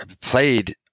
played